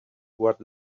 what